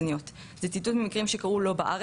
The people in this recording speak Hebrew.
אבל כן חשוב להדגיש,